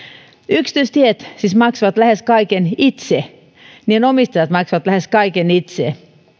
yksityistiet siis maksavat lähes kaiken itse niiden omistajat maksavat lähes kaiken itse